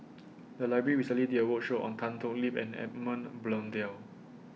The Library recently did A roadshow on Tan Thoon Lip and Edmund Blundell